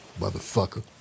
motherfucker